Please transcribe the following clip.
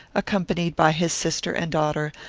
accompanied by his sister and daughter,